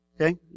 Okay